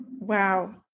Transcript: Wow